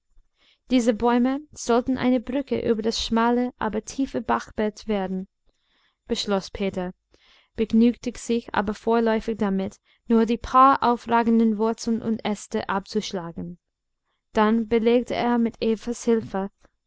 diese bäume sollten eine brücke über das schmale aber tiefe bachbett werden beschloß peter begnügte sich aber vorläufig damit nur die paar aufragenden wurzeln und äste abzuschlagen dann belegte er mit